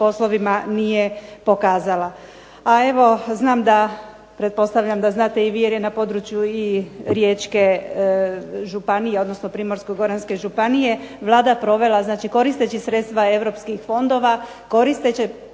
A evo znam da pretpostavljam da znate i vi jer je na području i riječke županije, odnosno primorsko-goranske županije Vlada provela, znači koristeći sredstva europskih fondova provela